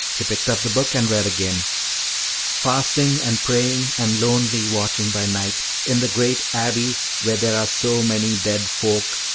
he picked up the book and read again fasting and praying and lonely watching by night in the great abbey where there are so many dead folk